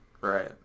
Right